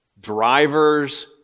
drivers